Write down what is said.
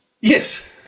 Yes